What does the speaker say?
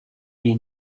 may